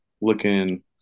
looking